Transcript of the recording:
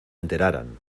enteraran